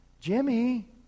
Jimmy